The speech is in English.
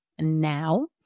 now